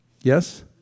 Yes